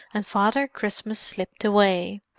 and father christmas slipped away,